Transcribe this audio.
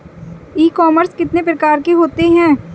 ई commerce कितने प्रकार के होते हैं?